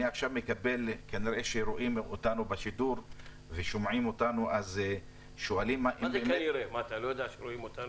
אני מקבל תאריך לבחינה ואז גם אני וגם התלמיד חייבים להגיע לבחינה